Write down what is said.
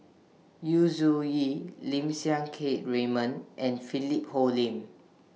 Yu Zhuye Lim Siang Keat Raymond and Philip Hoalim